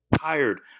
tired